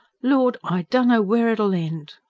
lord! i dunno where it'll end.